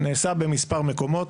נעשה במספר מקומות.